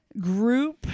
group